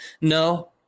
No